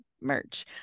merch